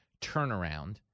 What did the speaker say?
turnaround